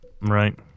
Right